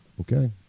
Okay